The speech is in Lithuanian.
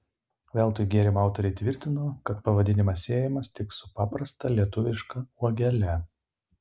veltui gėrimo autoriai tvirtino kad pavadinimas siejamas tik su paprasta lietuviška uogele